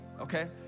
okay